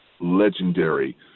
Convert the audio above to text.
legendary